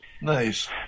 Nice